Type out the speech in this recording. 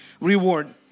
reward